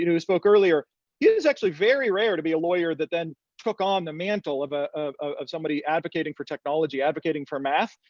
you know who spoke earlier, it is actually very rare to be a lawyer that then took on the mantle of ah of somebody advocating for technology, advocating for math.